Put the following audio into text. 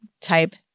type